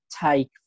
take